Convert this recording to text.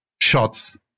shots